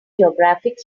geographic